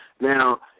Now